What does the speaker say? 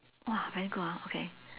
!wah! very good hor okay